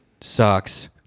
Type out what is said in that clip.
sucks